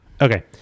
Okay